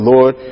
Lord